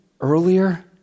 earlier